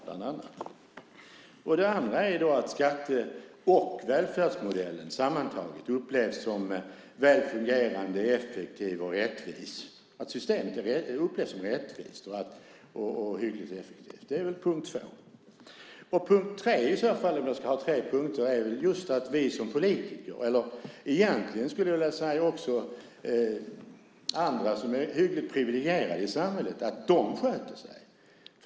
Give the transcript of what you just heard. Den andra punkten är att skatte och välfärdsmodellen sammantaget upplevs som väl fungerande, effektiv och rättvis, det vill säga att systemet upplevs som rättvist och hyggligt effektivt. Punkt tre, om jag ska ha tre punkter, är väl just att vi som politiker sköter oss. Men egentligen skulle jag vilja säga att det gäller att även andra som är hyggligt privilegierade i samhället sköter sig.